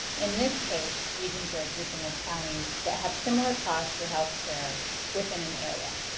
in this case, regions are grouping of counties that have similar costs for health care within an area.